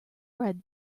bread